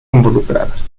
involucrados